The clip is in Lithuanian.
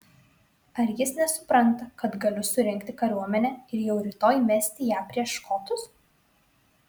ar jis nesupranta kad galiu surinkti kariuomenę ir jau rytoj mesti ją prieš škotus